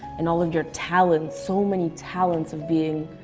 and all of your talents, so many talents of being.